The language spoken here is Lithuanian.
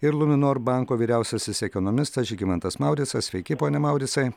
ir luminor banko vyriausiasis ekonomistas žygimantas mauricas sveiki pone mauricai